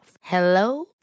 Hello